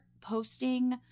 posting